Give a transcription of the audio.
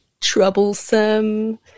troublesome